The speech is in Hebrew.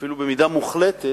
אפילו במידה מוחלטת,